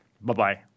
Bye-bye